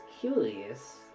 curious